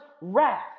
wrath